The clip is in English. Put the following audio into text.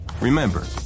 Remember